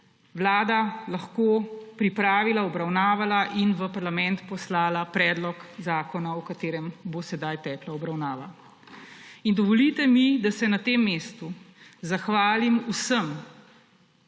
vlada lahko pripravila, obravnavala in v parlament poslala predlog zakona, o katerem bo sedaj tekla obravnava. In dovolite mi, da se na tem mestu zahvalim vsem,